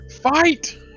Fight